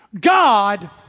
God